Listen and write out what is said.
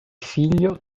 figlio